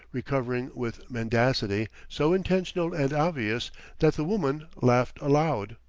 recovering, with mendacity so intentional and obvious that the woman laughed aloud.